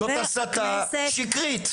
זאת הסתה שקרית.